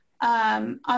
on